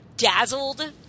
dazzled